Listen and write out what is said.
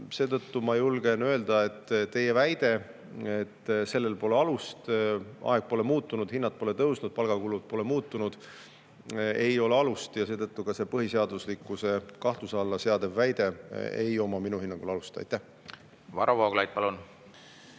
Seetõttu ma julgen öelda, et teie väitel, et sellel pole alust – aeg pole muutunud, hinnad pole tõusnud ja palgakulud pole muutunud –, ei ole alust, ja seetõttu ka see põhiseaduslikkust kahtluse alla seadev väide ei oma minu hinnangul alust. Suur tänu, lugupeetud